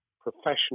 professional